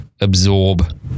absorb